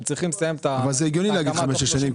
צריכים לסיים -- זה הגיוני להגיד חמש-שש שנים,